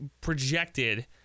projected